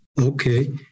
Okay